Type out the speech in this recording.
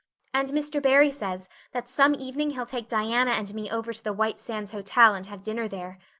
and mr. barry says that some evening he'll take diana and me over to the white sands hotel and have dinner there.